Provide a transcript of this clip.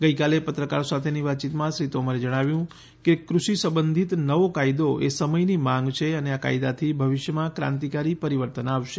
ગઈકાલે પત્રકારો સાથેંની વાતચીતમાં શ્રી તોમરે જણાવ્યું કે કૃષિ સંબંધીત નવો કાયદો એ સમયની માંગ છે અને આ કાયદાથી ભવિષ્યમાં કાંતિકારી પરિવર્તન આવશે